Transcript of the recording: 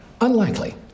Unlikely